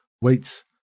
weights